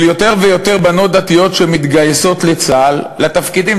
של יותר ויותר בנות דתיות לצה"ל לתפקידים,